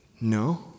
No